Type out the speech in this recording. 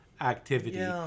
activity